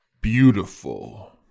beautiful